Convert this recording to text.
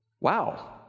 wow